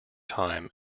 time